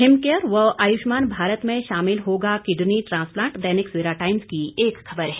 हिमकेयर व आयुष्मान भारत में शामिल होगा kidney transplant Dainik Savera Times की एक खबर है